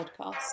podcast